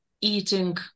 eating